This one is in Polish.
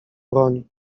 broń